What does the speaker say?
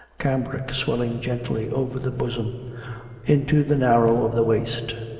cambric swelling gently over the bosom into the narrow of the waist,